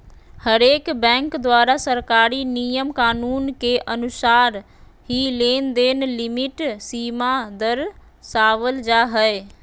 हरेक बैंक द्वारा सरकारी नियम कानून के अनुसार ही लेनदेन लिमिट सीमा दरसावल जा हय